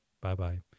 Bye-bye